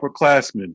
upperclassmen